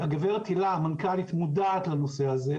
הגברת הילה המנכ"לית מודעת לנושא הזה,